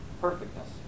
perfectness